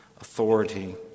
authority